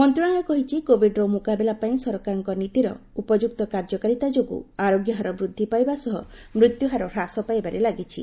ମନ୍ତ୍ରଣାଳୟ କହିଛି କୋବିଡ୍ର ମୁକାବିଲା ପାଇଁ ସରକାରଙ୍କ ନୀତିର ଉପଯୁକ୍ତ କାର୍ଯ୍ୟକାରୀତା ଯୋଗୁଁ ଆରୋଗ୍ୟହାର ବୃଦ୍ଧି ପାଇବା ସହ ମୃତ୍ୟୁହାର ହ୍ରାସ ପାଇବାରେ ଲାଗିଛି